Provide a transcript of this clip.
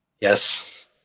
Yes